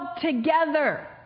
together